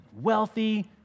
wealthy